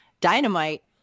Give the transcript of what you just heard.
Dynamite